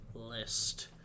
list